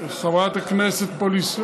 חברת הכנסת פלוסקוב,